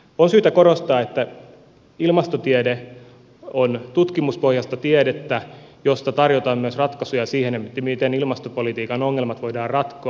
on syytä korostaa että ilmastotiede on tutkimuspohjaista tiedettä josta tarjotaan myös ratkaisuja siihen miten ilmastopolitiikan ongelmat voidaan ratkoa